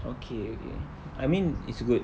okay okay I mean it's good